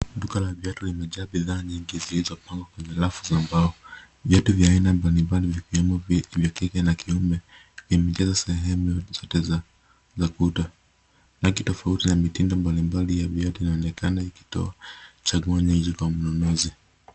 Duka la viatu imejaa bidhaa nyingi zilizopangwa kwenye rafu za mbao, viatu vya aina mbali mbali vikiwemo vya kike na kiume imejasa sehemu zote za ukuta, rangi tafauti na mitindo mbali mbali ya viatu inaonekana ikitoa chaguo nyingi kwa mnunuzi.